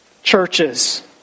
churches